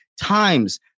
times